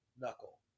knuckle